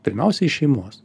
pirmiausia iš šeimos